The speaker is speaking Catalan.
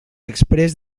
exprés